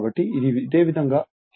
కాబట్టి ఇదే విధంగా శక్తి నష్టం 0